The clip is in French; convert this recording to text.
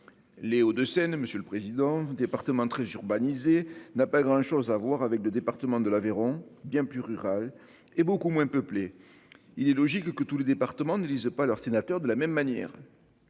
de Seine. Monsieur le président vous départements très urbanisés n'a pas grand chose à voir avec le département de l'Aveyron bien plus rural et beaucoup moins peuplée. Il est logique que tous les départements ne lisent pas leur sénateur de la même manière.